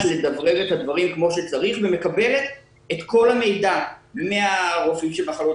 לדברר את הדברים כפי שצריך ומקבלת את כל המידע: מהרופאים של מחלות